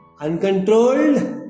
uncontrolled